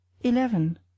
eleven